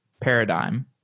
paradigm